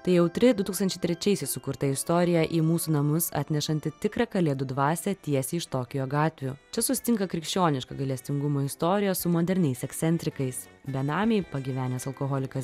tai jautri du tūkstančiai trečiaisiais sukurta istorija į mūsų namus atnešanti tikrą kalėdų dvasią tiesiai iš tokijo gatvių čia susitinka krikščioniška gailestingumo istorija su moderniais ekscentrikais benamiai pagyvenęs alkoholikas